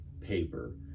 paper